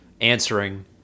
answering